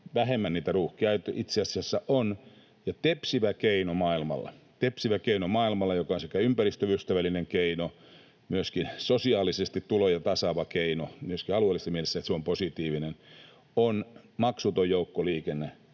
vähemmän niitä ruuhkia itse asiassa on. Maailmalla tepsivä keino, joka on sekä ympäristöystävällinen keino että myöskin sosiaalisesti tuloja tasaava keino, ja myöskin alueellisessa mielessä se on positiivinen, on maksuton joukkoliikenne,